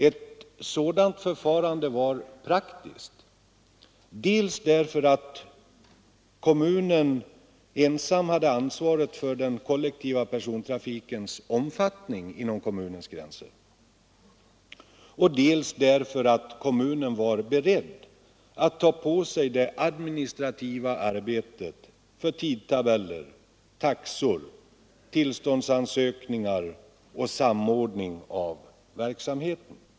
Ett sådant förfarande var praktiskt; dels därför att kommunen ensam hade ansvaret för den kollektiva persontrafikens omfattning inom kommunens gränser, dels därför att kommunen var beredd att ta på sig det administrativa arbetet för tidtabeller, taxor, tillståndsansökningar och samordning av verksamheten.